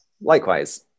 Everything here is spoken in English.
Likewise